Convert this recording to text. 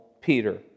Peter